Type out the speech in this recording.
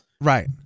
Right